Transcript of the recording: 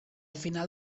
final